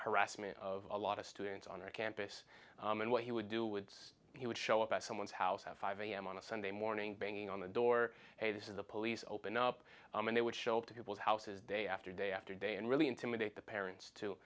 harassment of a lot of students on our campus and what he would do would say he would show up at someone's house have five am on a sunday morning banging on the door hey this is a police open up and they would show up to people's houses day after day after day and really intimidate the parents t